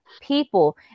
people